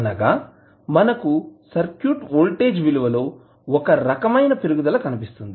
అనగా మనకు circuit voltage విలువ లో ఒక రకమైన పెరుగుదల కనిపిస్తుంది